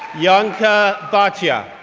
ianka bhatia,